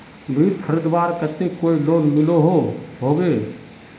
बीज खरीदवार केते कोई लोन मिलोहो होबे?